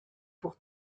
pour